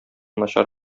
начар